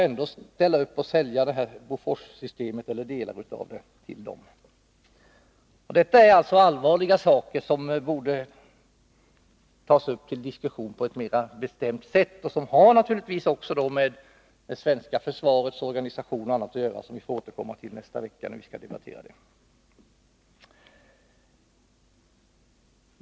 Ändå ställer vi upp och säljer delar av Boforssystemet till USA. Detta är alltså allvarliga saker, som borde tas upp till diskussion på ett mera bestämt sätt och som naturligtvis har med det svenska försvarets organisation att göra. Vi skall återkomma till det nästa vecka när frågan skall debatteras.